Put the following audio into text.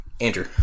Andrew